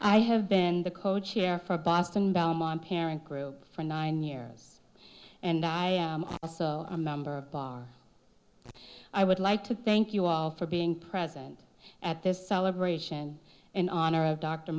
i have been the co chair for boston belmont parent group for nine years and i saw a member of barr i would like to thank you all for being present at this celebration in honor of dr